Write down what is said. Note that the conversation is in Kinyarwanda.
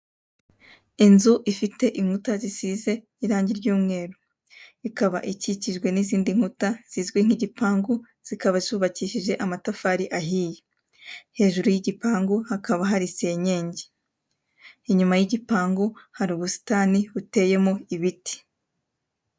Inzu ifite inkuta zisize irangi ry'umweru, ikaba ikikijwe n'izindi nkuta zizwi nk'igipangu, zikaba zubakikije amatafari ahiye, hejuru y'igipangu hakaba hari senyenge, inyuma y'igipangu hari ubusitani buteyemo ibiti.